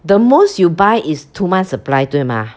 the most you buy is two months supply 对吗